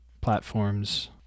platforms